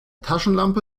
taschenlampe